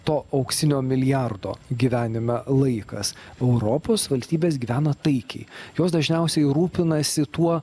tarp to auksinio milijardo gyvenime laikas europos valstybės gyvena taikiai jos dažniausiai rūpinasi tuo